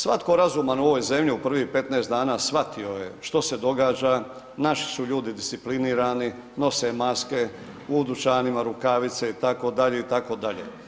Svatko razuman u ovoj zemlji u prvih 15 dana shvatio je što se događa, naši su ljudi disciplinirani, nose maske, u dućanima rukavice itd., itd.